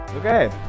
Okay